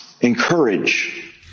encourage